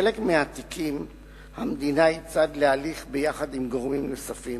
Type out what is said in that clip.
בחלק מן התיקים המדינה היא צד להליך ביחד עם גורמים נוספים,